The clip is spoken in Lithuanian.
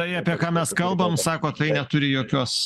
tai apie ką mes kalbam sakot tai neturi jokios